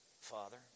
Father